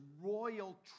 royal